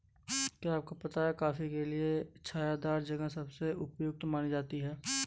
क्या आपको पता है कॉफ़ी के लिए छायादार जगह सबसे उपयुक्त मानी जाती है?